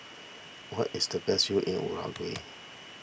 what is the best view in Uruguay